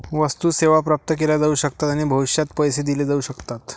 वस्तू, सेवा प्राप्त केल्या जाऊ शकतात आणि भविष्यात पैसे दिले जाऊ शकतात